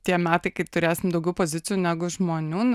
tie metai kai turėsim daugiau pozicijų negu žmonių